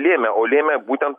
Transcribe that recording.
lėmė o lėmė būtent